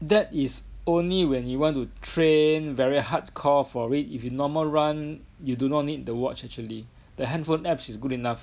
that is only when you want to train very hardcore for it if you normal run you do not need the watch actually the handphone app is good enough